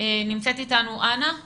נמצאת אתנו אנה.